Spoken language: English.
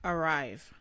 Arrive